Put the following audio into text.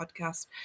podcast